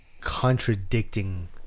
contradicting